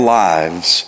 lives